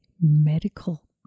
medical